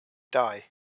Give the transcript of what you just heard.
dau